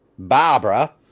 Barbara